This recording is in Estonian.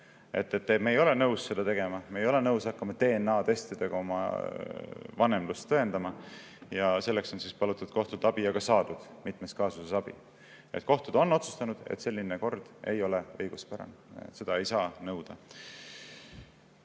"Me ei ole nõus seda tegema, me ei ole nõus hakkama DNA-testidega oma vanemlust tõendama." Selleks on palutud kohtult abi ja ka saadud mitmes kaasuses abi. Kohtud on otsustanud, et selline kord ei ole õiguspärane, seda ei saa nõuda.